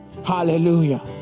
Hallelujah